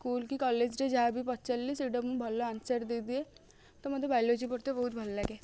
school କି college ରେ ଯାହା ବି ପଚାରିଲେ ସେଇଟା ମୁଁ ଭଲ ଆନ୍ସର୍ ଦେଇଦିଏ ତ ମତେ ବାଇଲୋଜି ପଢ଼ିତେ ବହୁତ ଭଲ ଲାଗେ